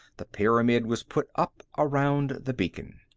the pyramid was put up around the beacon.